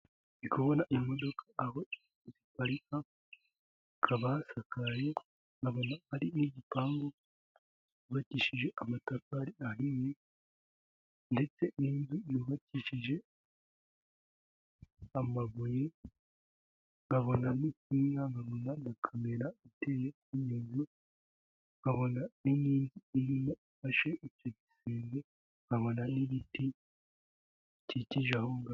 Ndi kubona aho imodoka ziparika hakaba hasakaye, hakaba hameze nk’igipangu cyubakishije amatafari, ndetse hari n’ahandi hubakishije amabuye. Ndabona kandi hari kamera iteze intego, ndetse n’igisenge kinini gishyigikiwe neza. Hafi aho, hari n’igiti gikikije aho hantu.